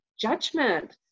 judgment